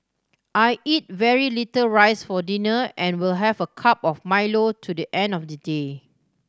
I eat very little rice for dinner and will have a cup of Milo to the end of the day